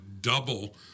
double